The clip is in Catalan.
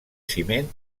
ciment